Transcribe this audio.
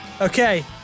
Okay